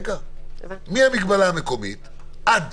מהמגבלה המקומית עד